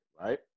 Right